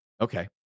okay